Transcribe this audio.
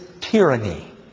tyranny